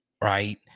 right